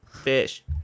Fish